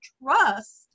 trust